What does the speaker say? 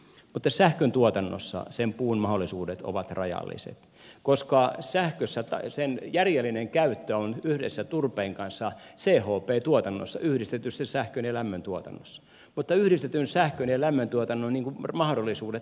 mutta sähköntuotannossa puun mahdollisuudet ovat rajalliset koska sen järjellinen käyttö on yhdessä turpeen kanssa chp tuotannossa yhdistetyssä sähkön ja lämmön tuotannossa mutta yhdistetyn sähkön ja lämmön tuotannon mahdollisuudet ovat rajalliset